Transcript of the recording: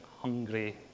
hungry